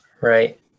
Right